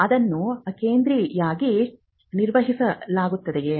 ಅದನ್ನು ಕೇಂದ್ರೀಯವಾಗಿ ನಿರ್ವಹಿಸಲಾಗುತ್ತದೆಯೇ